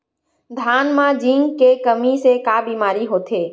धान म जिंक के कमी से का बीमारी होथे?